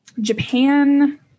Japan